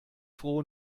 froh